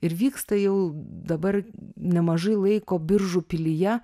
ir vyksta jau dabar nemažai laiko biržų pilyje